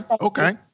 okay